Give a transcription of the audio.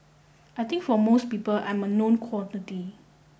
I think for most people I'm a known quantity